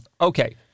Okay